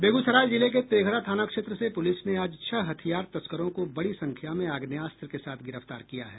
बेगूसराय जिले के तेघड़ा थाना क्षेत्र से पूलिस ने आज छह हथियार तस्करों को बड़ी संख्या में आग्नेयास्त्र के साथ गिरफ्तार किया है